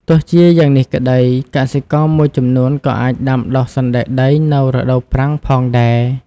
ទោះជាយ៉ាងនេះក្តី កសិករមួយចំនួនក៏អាចដាំដុះសណ្ដែកដីនៅរដូវប្រាំងផងដែរ។